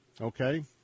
okay